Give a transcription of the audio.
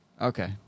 Okay